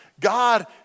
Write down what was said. God